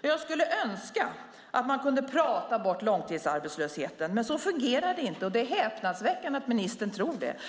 Jag skulle önska att man kunde prata bort långtidsarbetslösheten, men så fungerar det inte, och det är häpnadsväckande att ministern tror det.